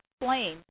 explain